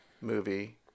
movie